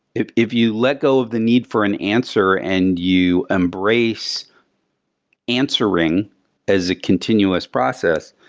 if if you let go of the need for an answer and you embrace answering as a continuous process,